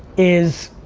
is